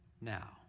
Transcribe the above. now